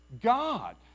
God